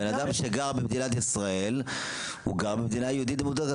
בן אדם שגר במדינת ישראל הוא גר במדינה יהודית ודמוקרטית,